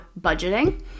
budgeting